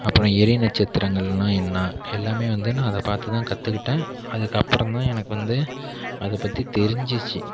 அப்புறம் எரிநட்சத்திரங்கள்னால் என்ன எல்லாமே வந்து நான் அதை பார்த்துதான் கற்றுக்கிட்டேன் அதுக்கப்புறம்தான் எனக்கு வந்து அதைப்பற்றி தெரிஞ்சிச்சு